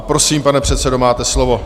Prosím, pane předsedo, máte slovo.